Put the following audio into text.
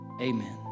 Amen